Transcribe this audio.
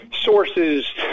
sources